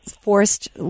forced